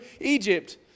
Egypt